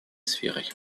сферой